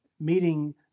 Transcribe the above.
meeting